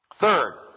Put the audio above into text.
Third